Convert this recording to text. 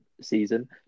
season